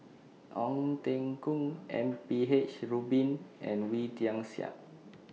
Ong Teng Koon M P H Rubin and Wee Tian Siak